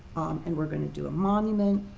and we're going to do a monument.